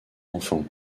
enfants